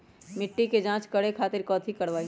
मिट्टी के जाँच करे खातिर कैथी करवाई?